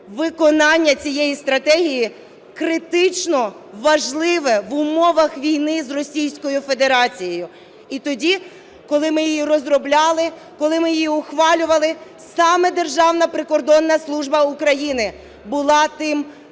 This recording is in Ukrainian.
Виконання цієї стратегії критично важливе в умовах війни з Російською Федерацією. І тоді, коли ми її розробляли, коли ми її ухвалювали, саме Державна прикордонна служба України була тим